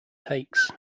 takes